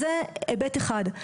זה היבט אחד.